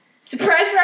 Surprise